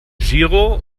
giro